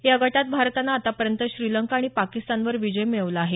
या गटात भारतानं आतापर्यंत श्रीलंका आणि पाकिस्तानवर विजय मिळवला आहे